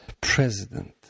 President